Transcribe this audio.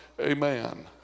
Amen